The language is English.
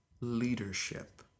leadership